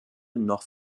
noch